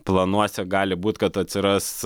planuose gali būt kad atsiras